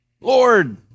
Lord